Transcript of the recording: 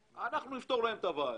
נפתור להם את הבעיה?